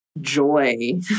joy